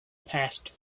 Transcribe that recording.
passed